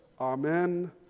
Amen